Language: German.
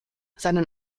seinen